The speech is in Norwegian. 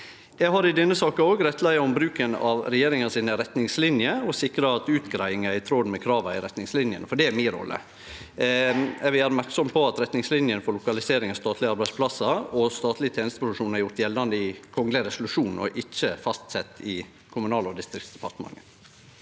Eg har i denne saka òg rettleia om bruken av regjeringa sine retningslinjer og sikra at utgreiinga er i tråd med krava i retningslinjene, for det er mi rolle. Eg vil gjere merksam på at retningslinjene for lokalisering av statlege arbeidsplassar og statleg tenesteproduksjon er gjorde gjeldande i kongeleg resolusjon, og ikkje fastsette i Kommunal- og distriktsdepartementet.